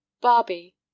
Barbie